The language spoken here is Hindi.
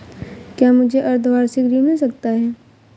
क्या मुझे अर्धवार्षिक ऋण मिल सकता है?